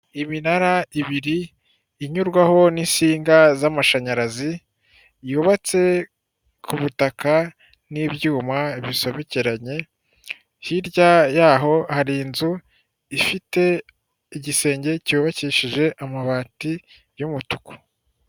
Iminara ibiri inyurwaho n'insinga z'amashanyarazi yubatse ku butaka n'ibyuma bisobekeranye hirya y'aho hari inzu ifite igisenge cyubakishije amabati y'umutuku.